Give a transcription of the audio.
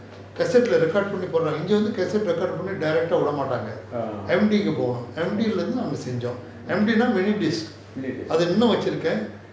orh mini disk